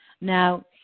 Now